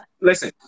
listen